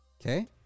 okay